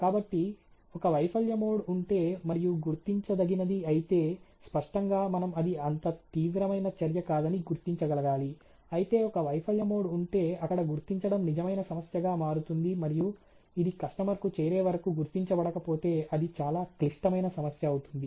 కాబట్టి ఒక వైఫల్య మోడ్ ఉంటే మరియు గుర్తించదగినది అయితే స్పష్టంగా మనం అది అంత తీవ్రమైన చర్య కాదని గుర్తించగలగాలి అయితే ఒక వైఫల్య మోడ్ ఉంటే అక్కడ గుర్తించడం నిజమైన సమస్యగా మారుతుంది మరియు ఇది కస్టమర్కు చేరే వరకు గుర్తించబడకపోతే అది చాలా క్లిష్టమైన సమస్య అవుతుంది